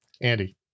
Andy